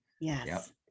Yes